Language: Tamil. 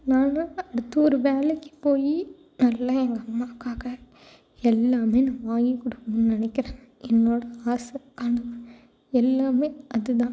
நான் அடுத்து ஒரு வேலைக்கு போய் நல்லா எங்கள் அம்மாவுக்காக எல்லாம் நான் வாங்கிக் கொடுக்கணும்னு நினைக்கிறேன் என்னோட ஆசை கனவு எல்லாம் அது தான்